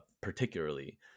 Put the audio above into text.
particularly